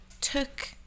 took